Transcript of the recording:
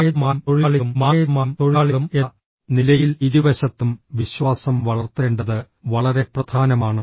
മാനേജർമാരും തൊഴിലാളികളും മാനേജർമാരും തൊഴിലാളികളും എന്ന നിലയിൽ ഇരുവശത്തും വിശ്വാസം വളർത്തേണ്ടത് വളരെ പ്രധാനമാണ്